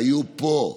היו פה,